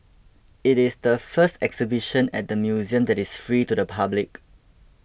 it is the first exhibition at the museum that is free to the public